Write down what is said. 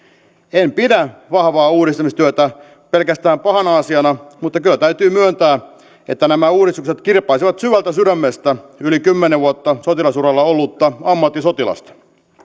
en pidä vahvaa uudistamistyötä pelkästään pahana asiana mutta kyllä täytyy myöntää että nämä uudistukset kirpaisevat syvältä sydämestä yli kymmenen vuotta sotilasuralla ollutta ammattisotilasta